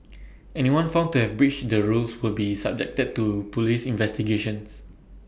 anyone found to have breached the rules will be subjected to Police investigations